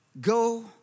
go